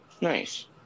Nice